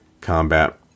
combat